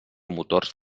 motors